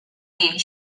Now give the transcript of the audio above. jej